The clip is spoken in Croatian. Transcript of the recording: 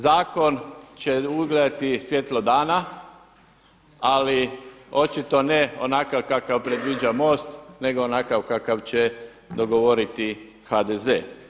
Zakon će ugledati svjetlo dana, ali očito ne onakakav kakav predviđa MOST, nego onakav kakav će dogovoriti HDZ.